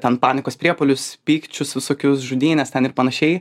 ten panikos priepuolius pykčius visokius žudynes ten ir panašiai